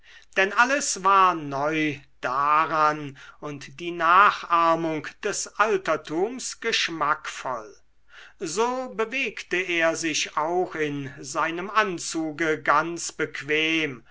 denn alles war neu daran und die nachahmung des altertums geschmackvoll so bewegte er sich auch in seinem anzuge ganz bequem